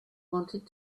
wanted